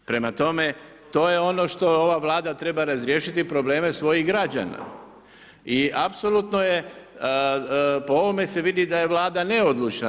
Prema tome, to je ono što ova Vlada treba razriješiti probleme svojih građana i apsolutno je po ovome se vidi da je Vlada neodlučna.